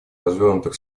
развернутых